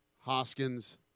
Hoskins